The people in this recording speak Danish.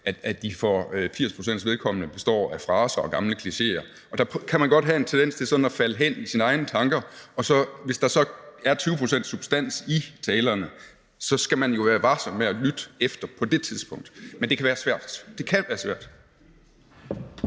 at de for 80 pct.s vedkommende består af fraser og gamle klichéer. Der kan man godt have en tendens til sådan at falde hen i sine egne tanker, og hvis der så er 20 pct. substans i talerne, skal man jo være varsom og lytte efter på det tidspunkt, men det kan være svært. Kl. 11:40 Anden